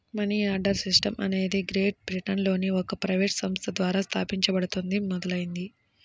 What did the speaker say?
money order system అనేది great బ్రిటన్లోని ఒక ప్రైవేట్ సంస్థ ద్వారా స్థాపించబడటంతో మొదలైంది